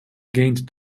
gained